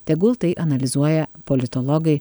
tegul tai analizuoja politologai